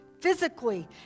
physically